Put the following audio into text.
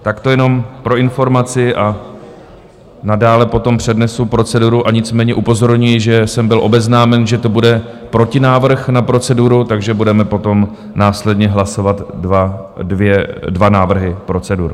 Tak to jenom pro informaci a nadále potom přednesu proceduru, a nicméně upozorňuji, že jsem byl obeznámen, že to bude protinávrh na proceduru, takže budeme potom následně hlasovat dva návrhy procedur.